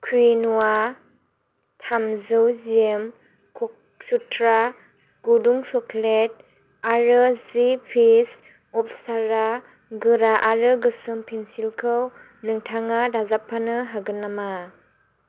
क्विन'आ थामजौ जिएम कक'सुत्रा गुदुं चक्लेट आरो जि पिस अपसारा गोरा आरो गोसोम पेन्सिलखौ नोंथाङा दाजाबफानो हागोन नामा